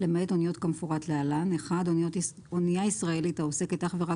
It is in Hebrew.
למעט אוניות כמפורט להלן: אנייה ישראלית העוסקת אך ורק